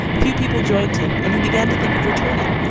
few people joined him and he began to think of returning,